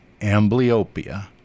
amblyopia